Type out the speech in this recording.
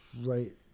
right